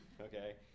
Okay